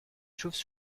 chauves